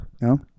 No